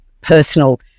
personal